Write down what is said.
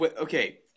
Okay